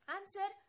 Answer